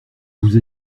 vous